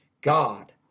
God